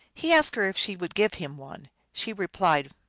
he asked her if she would give him one. she replied,